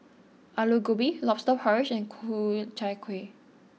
Aloo Gobi Lobster Porridge and Ku Chai Kueh